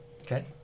Okay